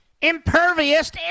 impervious